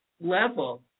level